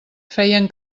feien